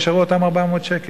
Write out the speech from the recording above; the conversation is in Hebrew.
נשארו אותם 400 שקלים.